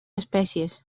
espècies